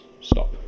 stop